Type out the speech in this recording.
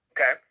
Okay